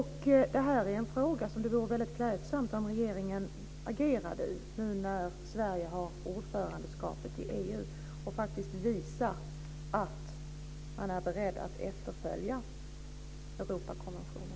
Detta är en fråga som det vore klädsamt om regeringen agerade i nu när Sverige har ordförandeskapet i EU, och faktiskt visade att den är beredd att efterfölja Europakonventionen.